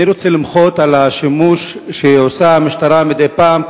אני רוצה למחות על השימוש שעושה המשטרה מדי פעם,